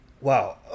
Wow